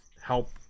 help